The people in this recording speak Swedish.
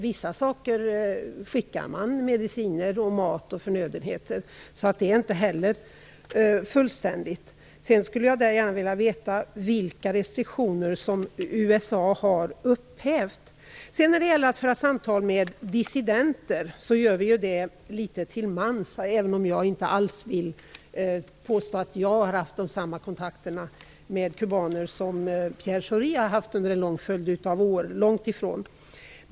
Vissa saker skickar man, såsom mediciner, mat och förnödenheter. Det embargot är alltså inte heller fullständigt. Jag skulle för övrigt gärna vilja veta vilka restriktioner som USA Samtal med dissidenter för vi väl litet till mans, även om jag inte alls vill påstå att jag har haft samma kontakter med kubaner som Pierre Schori har haft under en lång följd av år. Långt ifrån.